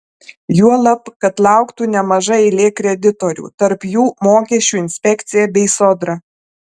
juolab kad lauktų nemaža eilė kreditorių tarp jų mokesčių inspekcija bei sodra